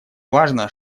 важно